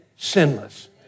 Sinless